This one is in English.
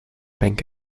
bank